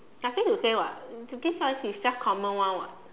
nothing to say [what] this ones is just common [one] [what]